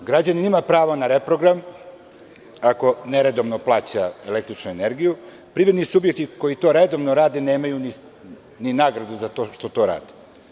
Građanin ima prava na reprogram ako neredovno plaća električnu energiju, a privredni subjekti koji to redovno rade nemaju ni nagradu za to što to rade.